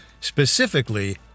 specifically